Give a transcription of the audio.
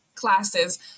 classes